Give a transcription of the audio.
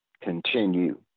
continue